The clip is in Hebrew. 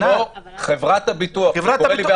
חברת הביטוח --- חברת הביטוח,